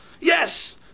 yes